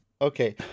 Okay